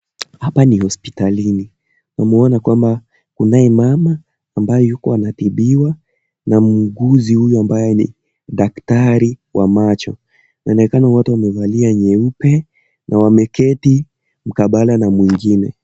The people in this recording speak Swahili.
Hapa ni hospitalini tunaona kwamba kunaye mama ambaye yuko anatibiwa, na muuguzi huyu ambaye ni daktari wa macho. Inaonekana wote wamevalia nyeupe, na wameketi mkabala na mwingine.